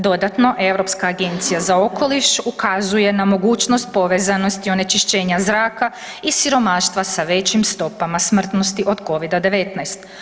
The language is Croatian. Dodatno, Europska agencija za okoliš, ukazuje na mogućnost povezanosti onečišćenja zraka i siromaštva sa većim stopama smrtnosti od COVID-a 19.